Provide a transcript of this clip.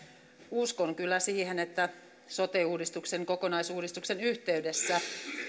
uskon kyllä siihen että sote uudistuksen kokonaisuudistuksen yhteydessä